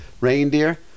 reindeer